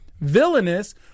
villainous